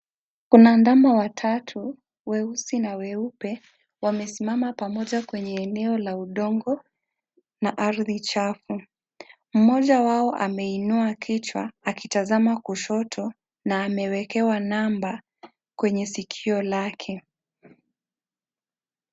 Kuna ndama watatu, weusi na weupe. Wamesimama pamoja kwenye eneo la udongo na ardhi chafu. Mmoja wao, ameinua kichwa akitazama kushoto na amewekewa namba kwenye sikio lake.